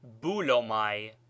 bulomai